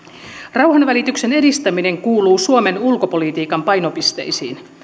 rauhanvälityksen edistäminen kuuluu suomen ulkopolitiikan painopisteisiin